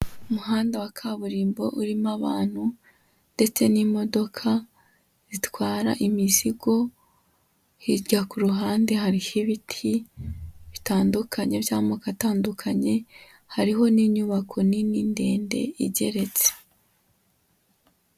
Umuhanda wa kaburimbo urimo abantu ndetse n'imodoka zitwara imizigo, hirya ku ruhande hariho ibiti bitandukanye by'amoko atandukanye, hariho n'inyubako nini ndende igeretse.